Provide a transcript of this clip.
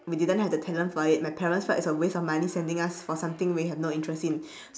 we didn't have the talent for it my parents felt it was a waste of money sending us for something we have no interest in